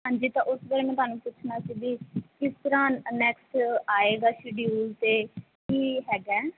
ਹਾਂਜੀ ਤਾਂ ਉਸ ਵੇਲੇ ਮੈਂ ਤੁਹਾਨੂੰ ਪੁੱਛਣਾ ਸੀ ਵੀ ਕਿਸ ਤਰ੍ਹਾਂ ਨੈਕਸਟ ਆਏਗਾ ਸ਼ਡਿਊਲ ਅਤੇ ਕੀ ਹੈਗਾ